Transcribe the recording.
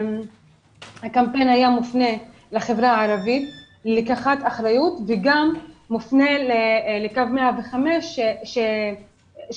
הקמפיין היה מופנה לחברה הערבית לקחת אחריות וגם מופנה לקו 105 כדי